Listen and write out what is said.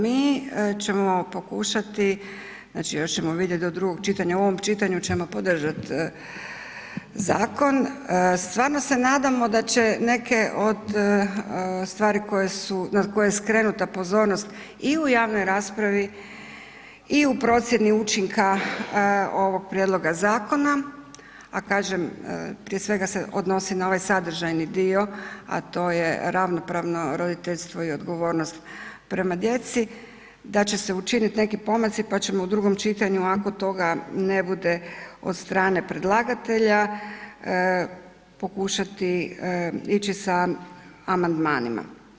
Mi ćemo pokušati, znači još ćemo vidjeti do drugog čitanja, u ovom čitanju ćemo podržati zakon, stvarno se nadamo da će neke od stvari koji su, na koje je skrenuta pozornost i u javnoj raspravi i u procjeni učinka ovog prijedloga zakona, a kažem prije svega se odnosi na ovaj sadržajni dio, a to je ravnopravno roditeljstvo i odgovornost prema djeci, da će se učiniti neki pomaci, pa ćemo u drugom čitanju ako toga ne bude od strane predlagatelja pokušati ići sa amandmanima.